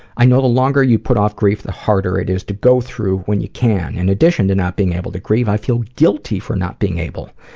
i know the longer you put off grief, the harder it is to go through when you can. in and addition to not being able to grieve, i feel guilty for not being able.